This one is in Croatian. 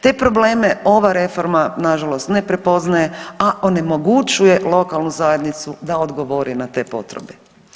Te probleme ova reforma nažalost ne prepoznaje, a onemogućuje lokalnu zajednicu da odgovori na te potrebe.